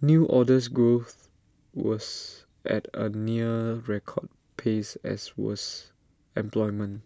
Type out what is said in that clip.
new orders growth was at A near record pace as was employment